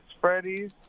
Freddy's